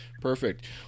Perfect